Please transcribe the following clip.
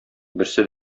берсе